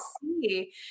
see